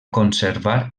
conservar